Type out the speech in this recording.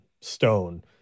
Stone